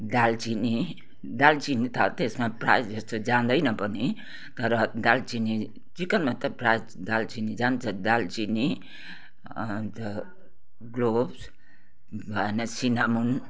दालचिनी दालचिनी त त्यसमा प्रायः जस्तो जाँदैन पनि तर दालचिनी चिकनमा त प्रायः दालचिनी जान्छ दालचिनी अन्त ग्लोब्स भएन सिनामुन